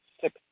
six